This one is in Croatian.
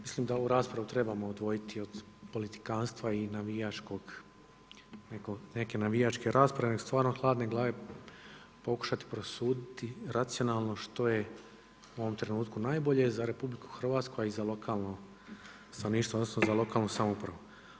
Mislim da ovu raspravu trebamo odvojiti od politikantstva i navijačkog, neke navijače rasprave nego stvarno hladne glave pokušati prosuditi racionalno što je u ovom trenutku najbolje za RH, a i za lokalno stanovništvo odnosno za lokalnu samoupravu.